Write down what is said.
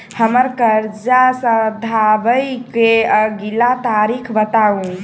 हम्मर कर्जा सधाबई केँ अगिला तारीख बताऊ?